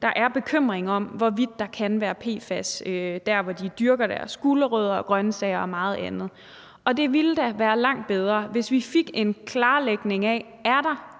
der er bekymring om, hvorvidt der kan være PFAS der, hvor de dyrker deres gulerødder og grønsager og meget andet. Og det ville da være langt bedre, hvis vi fik en klarlægning af, om der